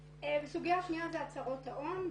הסוגיה השנייה זה הצהרות ההון.